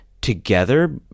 together